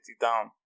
down